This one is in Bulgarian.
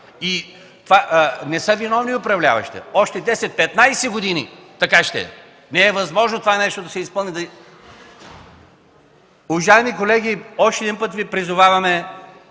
Не са виновни управляващите – още 10-15 години ще е така! Не е възможно това нещо да се изпълни. Уважаеми колеги, още един път Ви призоваваме